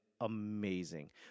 amazing